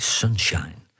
sunshine